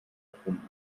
erfunden